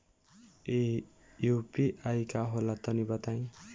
इ यू.पी.आई का होला तनि बताईं?